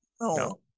no